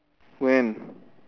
when